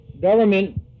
government